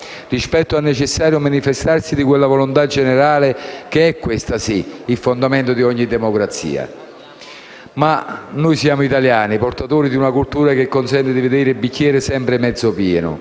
rispetto al necessario manifestarsi di quella volontà generale che è, questa sì, il fondamento vero di ogni democrazia. Ma noi siamo italiani, portatori di una cultura che ci consente di vedere il bicchiere sempre mezzo pieno,